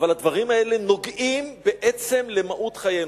אבל הדברים האלה נוגעים למהות חיינו.